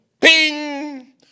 ping